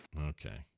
Okay